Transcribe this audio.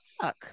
fuck